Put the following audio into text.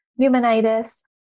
pneumonitis